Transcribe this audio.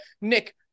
Nick